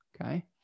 okay